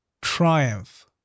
triumph